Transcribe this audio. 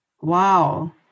Wow